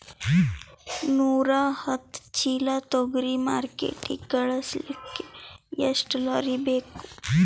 ನೂರಾಹತ್ತ ಚೀಲಾ ತೊಗರಿ ಮಾರ್ಕಿಟಿಗ ಕಳಸಲಿಕ್ಕಿ ಎಷ್ಟ ಲಾರಿ ಬೇಕು?